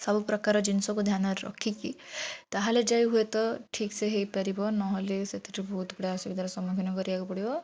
ସବୁପ୍ରକାର ଜିନିଷକୁ ଧ୍ୟାନ ରଖିକି ତା'ହେଲେ ଯାଇ ହୁଏ ତ ଠିକ୍ ସେ ହେଇପାରିବ ନହେଲେ ସେଥିରେ ବହୁତ ପ୍ରାୟ ଅସୁବିଧାର ସମ୍ମୁଖୀନ କରିବାକୁ ପଡ଼ିବ